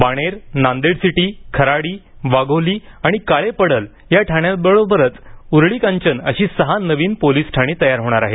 Baner Nanded city Kharadi Wagholi आणि काळेपडळ या ठाण्यांबरोबरच उरळीकांचन अशी सहा नवीन पोलीस ठाणी तयार होणार आहेत